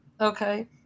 Okay